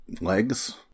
legs